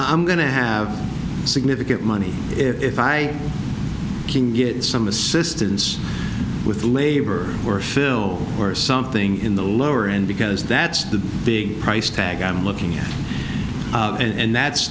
i'm going to have significant money if i can get some assistance with labor or phil or something in the lower end because that's the big price tag i'm looking at and that's